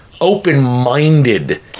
open-minded